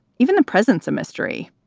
even the presence a mystery.